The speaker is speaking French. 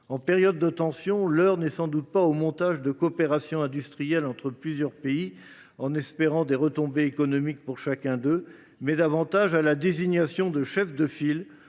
En période de tension, l’heure n’est sans doute pas au montage de coopérations industrielles entre plusieurs pays, en espérant des retombées économiques pour chacun d’eux, mais davantage à la désignation de chefs de file